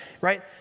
Right